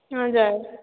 हजुर